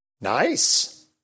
Nice